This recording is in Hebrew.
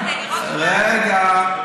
רגע,